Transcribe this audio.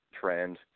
trend